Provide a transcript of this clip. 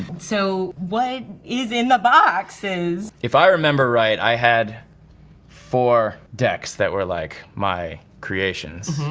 so what is in the boxes? if i remember right, i had four decks that were like my creations.